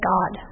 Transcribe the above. God